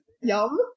Yum